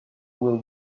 will